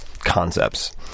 concepts